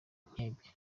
nkebya